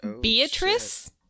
Beatrice